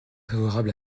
favorable